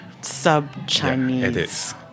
sub-Chinese